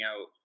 out